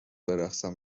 برقصم